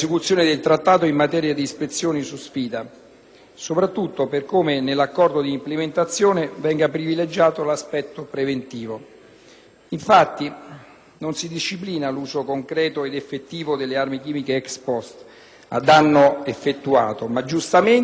Infatti non si disciplina l'uso concreto ed effettivo delle armi chimiche *ex post*, a danno effettuato ma, giustamente, si agisce *ex ante*, controllando che ciascuno Stato non le produca, non le detenga, non le immagazzini.